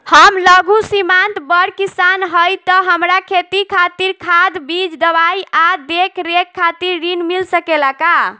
हम लघु सिमांत बड़ किसान हईं त हमरा खेती खातिर खाद बीज दवाई आ देखरेख खातिर ऋण मिल सकेला का?